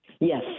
Yes